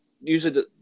usually